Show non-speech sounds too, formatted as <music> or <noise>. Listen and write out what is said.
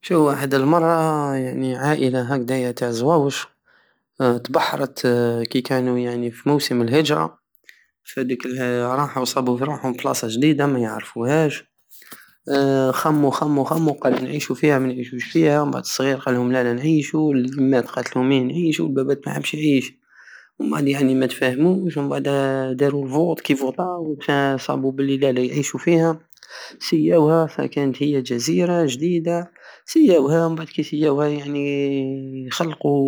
شوف واحد المرة يعني عائلة هكدايا تع الزواوش تبحرت كي كانو يعني في موسم الهجرة في هاديك الهيئة راحو صابو روحم في بلصة جديدة مايعرفوهاش <hesitation> خمو خمو خمو قال نعيشو فيها مانعيشوش فيها ومنبعد الصغير قالهم لالا نعيشو واليمات قاتلهم ايه نعيشو والبابات محبش يعيشو مبعد يعني متفاهموش ومبعدا دارو الفوط كي فوطاو صابو بلي لالا يعيشو فيها سياوها فكانت هي جزيرة جديدة سياوها ومبعد كيسياوها يعني خلقو